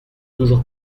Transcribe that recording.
toujours